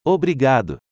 Obrigado